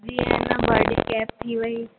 जीअं आहे न बर्डे कैप थी वई